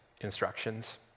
instructions